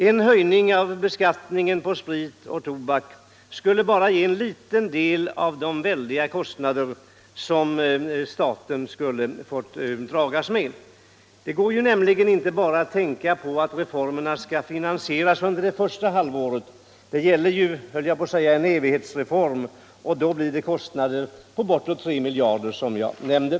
En höjning av skatterna på sprit och tobak skulle bara täcka en liten del av de väldiga kostnader som staten skulle få dras med. Reformen skall nämligen inte finansieras bara under det första halvåret — det gäller en ”evighetsreform”, och då blir det kostnader på bortåt 3 miljarder kronor, som jag nämnde.